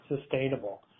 sustainable